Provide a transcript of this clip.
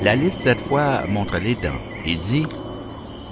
la lice cette fois montre les dents et dit